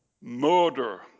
murder